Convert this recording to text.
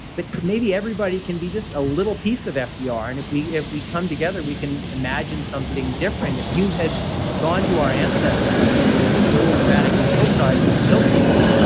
but maybe everybody can be just a little piece of fdr. and if we if we come together, we can imagine something different. if you had gone to our ancestors, who were these little nomadic hill tribe, hill people,